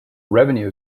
revenue